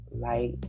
light